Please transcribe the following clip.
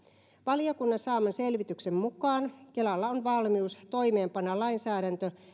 valiokunnan saaman selvityksen mukaan kelalla on valmius toimeenpanna lainsäädäntö